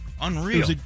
unreal